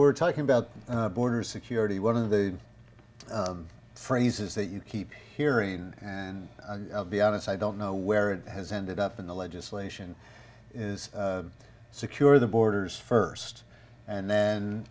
we're talking about border security one of the phrases that you keep hearing in and be honest i don't know where it has ended up in the legislation is secure the borders first and then